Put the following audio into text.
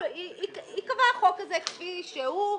ייקבע החוק הזה כפי שהוא,